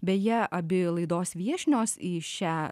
beje abi laidos viešnios į šią